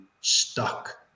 stuck